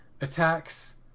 attacks